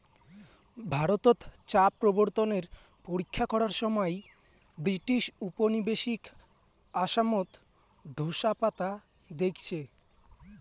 ভারতত চা প্রবর্তনের পরীক্ষা করার সমাই ব্রিটিশ উপনিবেশিক আসামত ঢোসা পাতা দেইখছে